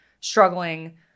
struggling